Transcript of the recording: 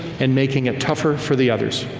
and making it tougher for the others.